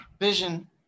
vision